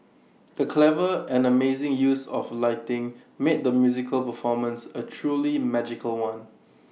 the clever and amazing use of lighting made the musical performance A truly magical one